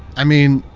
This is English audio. i mean,